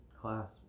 class